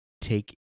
take